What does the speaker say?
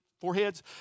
foreheads